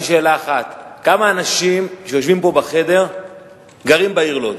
שאלה אחת: כמה מהאנשים שיושבים פה בחדר גרים בעיר לוד,